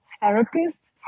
therapist